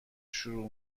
شروع